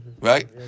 Right